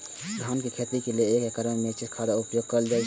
धान के खेती लय एक एकड़ में कते मिक्चर खाद के उपयोग करल जाय?